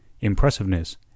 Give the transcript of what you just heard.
impressiveness